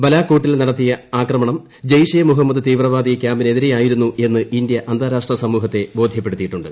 ബലാക്കോട്ടിൽ നടത്തിയ ആക്രമണം ജെയ്ഷെ മൊഹമ്മദ് തീവ്രവാദി ക്യാമ്പിനെതിരെയായിരുന്നു എന്ന് ഇന്ത്യ അന്താരാഷ്ട്ര സമൂഹത്തെ ബോധ്യപ്പെടുത്തിയിട്ടുണ്ട്